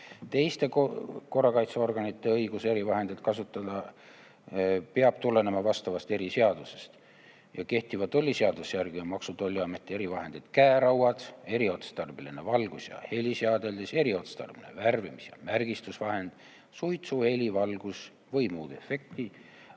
Teiste korrakaitseorganite õigus erivahendeid kasutada peab tulenema vastavast eriseadusest ja kehtiva tolliseaduse järgi on Maksu- ja Tolliameti erivahendid käerauad, eriotstarbeline valgus ja heliseadeldis, eriotstarbeline värvimis- ja märgistusvahend, suitsu, heli, valgust või muud efekti